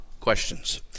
questions